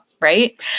right